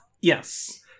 Yes